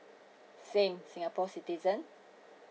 same singapore citizen